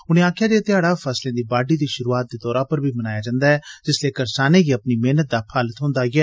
उनें आखेआ जे एह् ध्याड़ा फसलें दी बाड़डी दी शुरुआत दे तौर उप्पर बी मनाया जंदा ऐ जिसलै करसानें गी अपनी मेह्नत दा फल थ्होंदा ऐ